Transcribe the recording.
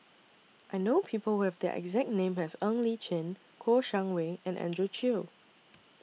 I know People Who Have The exact name as Ng Li Chin Kouo Shang Wei and Andrew Chew